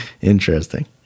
interesting